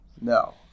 No